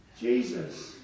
Jesus